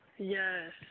Yes